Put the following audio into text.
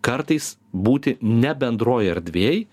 kartais būti ne bendroj erdvėj